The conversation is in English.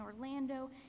Orlando